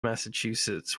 massachusetts